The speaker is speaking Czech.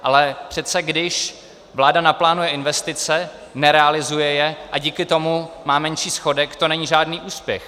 Ale přece když vláda naplánuje investice, nerealizuje je a díky tomu má menší schodek, to není žádný úspěch.